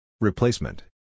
Replacement